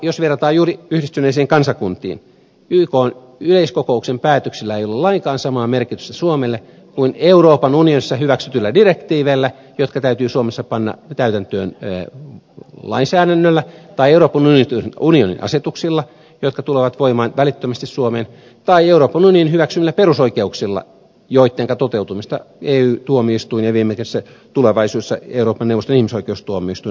jos verrataan juuri yhdistyneisiin kansakuntiin ykn yleiskokouksen päätöksillä ei ole lainkaan samaa merkitystä suomelle kuin euroopan unionissa hyväksytyillä direktiiveillä jotka täytyy suomessa panna täytäntöön lainsäädännöllä tai euroopan unionin asetuksilla jotka tulevat voimaan välittömästi suomeen tai euroopan unionin hyväksymillä perusoikeuksilla joittenka toteutumista ey tuomioistuin ja tulevaisuudessa viime kädessä euroopan neuvoston ihmisoikeustuomioistuin valvovat